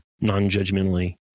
non-judgmentally